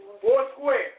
Four-square